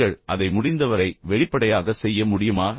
நீங்கள் அதை முடிந்தவரை வெளிப்படையாக செய்ய முடியுமா